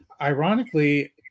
Ironically